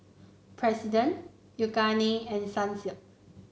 President Yoogane and Sunsilk